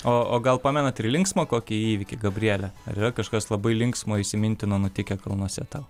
o gal pamenat linksmą kokį įvykį gabriele ar yra kažkas labai linksmo įsimintino nutikę kalnuose tau